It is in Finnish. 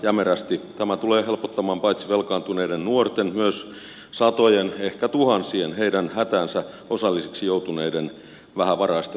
tämä tulee helpottamaan paitsi velkaantuneiden nuorten myös satojen ehkä tuhansien heidän hätäänsä osallisiksi joutuneiden vähävaraisten vanhusten elämää